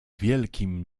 wielkim